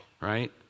Right